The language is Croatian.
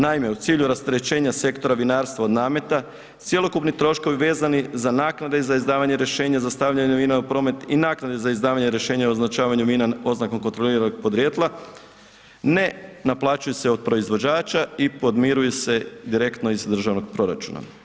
Naime, u cilju rasterećenja sektora vinarstva od nameta cjelokupni troškovi vezani za naknade za izdavanje rješenja za stavljanje ... promet i naknade za izdavanje rješenja o označavanju ... oznakom kontroliranog podrijetla, ne naplaćuju se od proizvođača i podmiruju se direktno iz državnog proračuna.